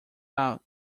out